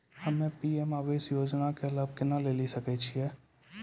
हम्मे पी.एम आवास योजना के लाभ केना लेली सकै छियै?